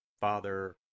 Father